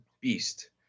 beast